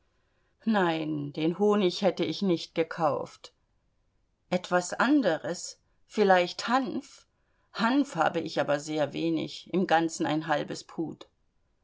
nein den honig hätte ich nicht gekauft etwas anderes vielleicht hanf hanf habe ich aber sehr wenig im ganzen ein halbes pud